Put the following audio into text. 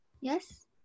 Yes